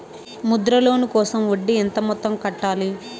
Mudra loan కోసం వడ్డీ ఎంత మొత్తం కట్టాలి